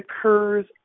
occurs